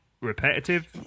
repetitive